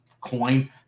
coin